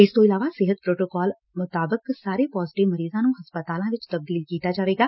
ਇਸ ਤੋ ਇਲਾਵਾ ਸਿਹਤ ਪੋਟੋਕੋਲ ਅਨੁਸਾਰ ਸਾਰੇ ਪੋਜ਼ੀਟਿਵ ਮਰੀਜ਼ਾਂ ਨੂੰ ਹਸਪਤਾਲਾਂ ਵਿੱਚ ਤਬਦੀਲ ਕੀਤਾ ਜਾਵੇਗਾ